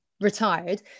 retired